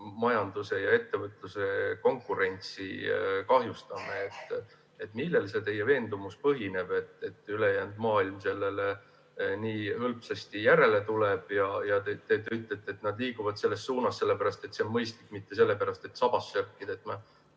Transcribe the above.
majanduse ja ettevõtluse konkurentsi ei kahjusta? Millel põhineb teie veendumus, et ülejäänud maailm sellele nii hõlpsasti järele tuleb? Te ütlete, et nad liiguvad selles suunas sellepärast, et see on mõistlik, mitte sellepärast, et [tuleb] sabas sörkida.